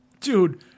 dude